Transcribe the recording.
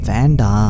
Vanda